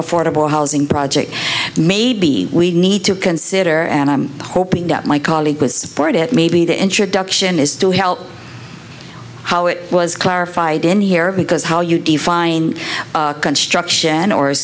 affordable housing project maybe we need to consider and i'm hoping that my colleague was supportive maybe the introduction is to help how it was clarified in here because how you define construction or a